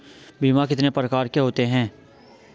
बीमा कितने प्रकार के होते हैं?